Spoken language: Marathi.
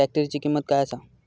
ट्रॅक्टराची किंमत काय आसा?